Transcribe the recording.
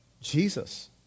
Jesus